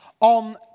on